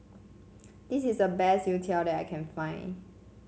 this is the best youtiao that I can find